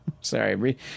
Sorry